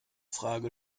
frage